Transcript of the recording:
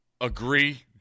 Agree